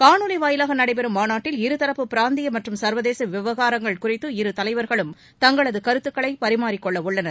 காணொலி வாயிலாக நடைபெறம் மாநாட்டில் இருதரப்பு பிராந்திய மற்றும் சர்வதேச விவகாரங்கள் குறித்து இரு தலைவர்களும் தங்களது கருத்துக்களை பரிமாறிக்கொள்ள உள்ளனர்